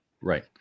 Right